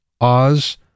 Oz